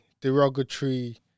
derogatory